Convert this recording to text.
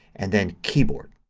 and then keyboard.